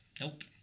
Nope